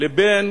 לבין